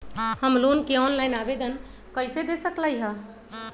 हम लोन के ऑनलाइन आवेदन कईसे दे सकलई ह?